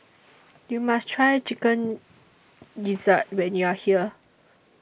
YOU must Try Chicken Gizzard when YOU Are here